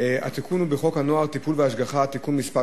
התיקון הוא בחוק הנוער (טיפול והשגחה) (תיקון מס'